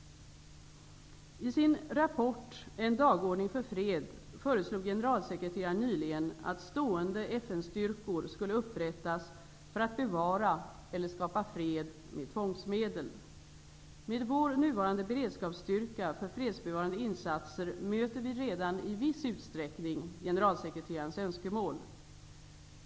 I sin rapport En dagordning för fred föreslog generalsekreteraren nyligen att stående FN-styrkor skulle upprättas för att bevara eller skapa fred med tvångsmedel. Med vår nuvarande beredskapsstyrka för fredsbevarande insatser möter vi redan i viss utsträckning generalsekreterarens önskemål.